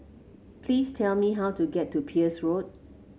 please tell me how to get to Peirce Road